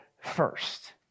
first